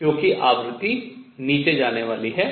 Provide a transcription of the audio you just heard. क्योंकि आवृत्ति नीचे जाने वाली है